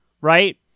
right